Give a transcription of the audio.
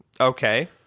Okay